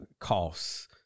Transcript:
costs